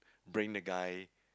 bring the guy